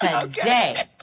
today